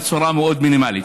בצורה מאוד מינימלית.